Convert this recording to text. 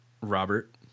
Robert